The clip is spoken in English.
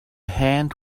hand